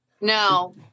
No